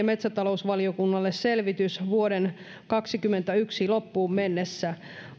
metsätalousvaliokunnalle selvitys vuoden kaksikymmentäyksi loppuun mennessä